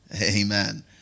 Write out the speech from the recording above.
Amen